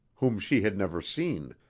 whom she had never seen.